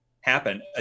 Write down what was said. happen